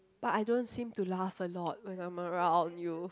but I don't seem to laugh a lot when I am around you